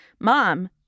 mom